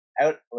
out